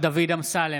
דוד אמסלם,